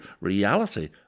reality